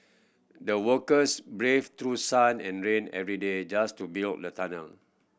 the workers braved through sun and rain every day just to build the tunnel